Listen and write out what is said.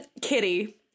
Kitty